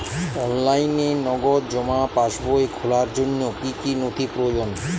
অনলাইনে নগদ জমা পাসবই খোলার জন্য কী কী নথি প্রয়োজন?